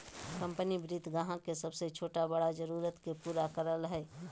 company वित्त ग्राहक के सब छोटा बड़ा जरुरत के पूरा करय हइ